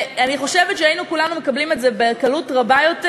אני חושבת שכולנו היינו מקבלים את זה בקלות רבה יותר